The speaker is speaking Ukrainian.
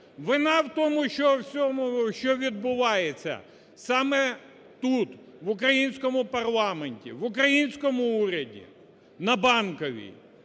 тому всьому, що відбувається саме тут, в українському парламенті, в українському уряді – на Банковій.